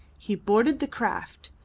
he boarded the craft,